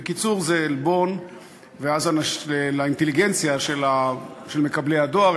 בקיצור, זה עלבון לאינטליגנציה של מקבלי הדואר.